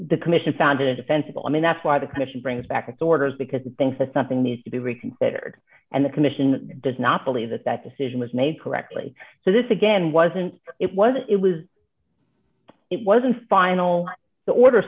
the commission found a defensible i mean that's why the commission brings back its orders because they think that something needs to be reconsidered and the commission does not believe that that decision was made correctly so this again wasn't it wasn't it was it wasn't final the order